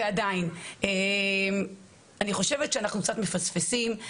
ועדיין אני חושבת שאנחנו קצת מפספסים.